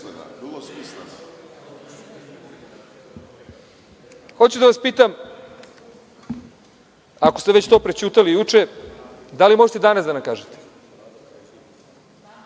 da vas pitam, ako ste već to prećutali juče, da li možete danas da nam kažete